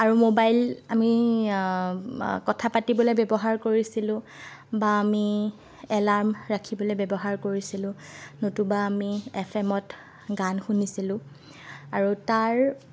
আৰু মোবাইল আমি কথা পাতিবলৈ ব্যৱহাৰ কৰিছিলোঁ বা আমি এলাৰ্ম ৰাখিবলৈ ব্যৱহাৰ কৰিছিলোঁ নতুবা আমি এফ এমত গান শুনিছিলোঁ আৰু তাৰ